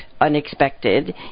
unexpected